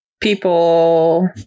people